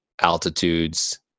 altitudes